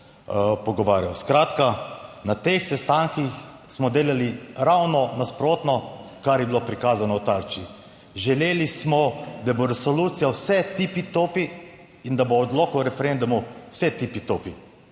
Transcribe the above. pogovarjal. Skratka na teh sestankih smo delali ravno nasprotno, kar je bilo prikazano v Tarči. Želeli smo, da bo resolucija vse tipi topi in da bo odlok o referendumu vse tipi topi.